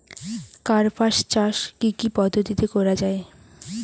কার্পাস চাষ কী কী পদ্ধতিতে করা য়ায়?